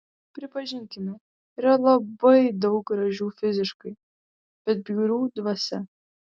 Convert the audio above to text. pripažinkime yra labai daug gražių fiziškai bet bjaurių dvasia